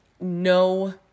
no